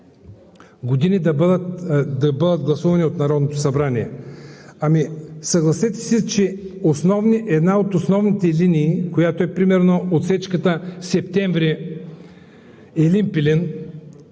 години да бъдат гласувани от Народното събрание. Съгласете се, че една от основните линии, примерно отсечката Септември – Елин Пелин,